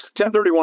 1031